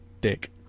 dick